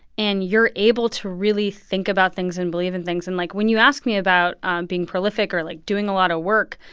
and you're able to really think about things and believe in things. and, like, when you ask me about being prolific or, like, doing a lot of work,